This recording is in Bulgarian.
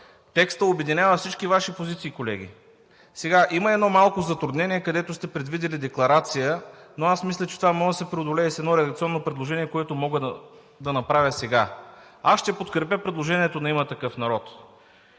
текстът обединява всички Ваши позиции, колеги. Сега има едно малко затруднение, където сте предвидили декларация, но мисля, че това може да се преодолее с едно редакционно предложение, което мога да направя сега. Аз ще подкрепя предложението на „Има такъв народ“.